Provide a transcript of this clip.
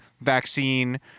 vaccine